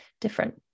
different